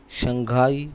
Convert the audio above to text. Shanghai